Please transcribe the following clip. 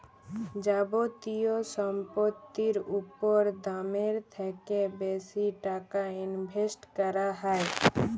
যাবতীয় সম্পত্তির উপর দামের থ্যাকে বেশি টাকা ইনভেস্ট ক্যরা হ্যয়